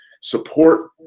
support